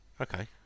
Okay